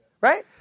right